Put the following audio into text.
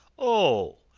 oh,